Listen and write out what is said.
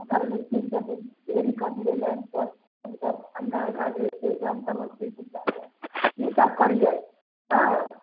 पत्थर चुन कऽ ढेरी कऽ दियै लाइन पर हमसब अङ्गालघाट स्टेशन समस्तीपुर स्टेशन ईसब करियै हँ